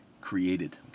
created